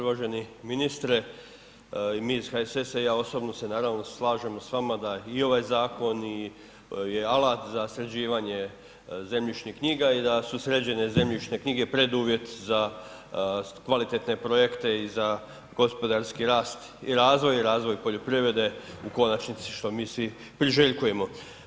Uvaženi ministre, i mi iz HSS-a i ja osobno se naravno slažemo s vama da i ovaj zakon je alat za sređivanje zemljišnih knjiga i da su sređene zemljišne knjige preduvjet za kvalitetne projekte i za gospodarski rast i razvoj i razvoj poljoprivrede u konačnici što mi svi priželjkujemo.